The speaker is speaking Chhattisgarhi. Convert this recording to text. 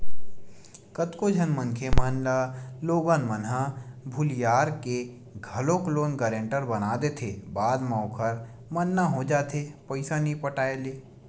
कतको झन मनखे मन ल लोगन मन ह भुलियार के घलोक लोन गारेंटर बना देथे बाद म ओखर मरना हो जाथे पइसा नइ पटाय ले